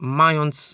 mając